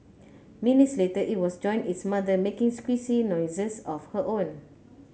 minutes later it was joined its mother making squeaky noises of her own